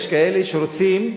יש כאלה שרוצים,